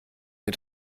mir